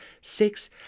Six